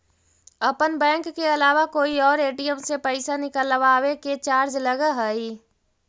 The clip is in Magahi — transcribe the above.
अपन बैंक के अलावा कोई और ए.टी.एम से पइसा निकलवावे के चार्ज लगऽ हइ